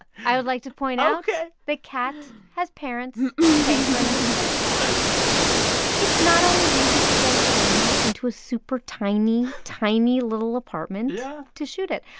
i would like to point out. ok. that kat has parents who pay for a nice place for her well, there is that. yes it's not always easy to get a camera into a super tiny, tiny, little apartment. yeah. to shoot it.